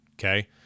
Okay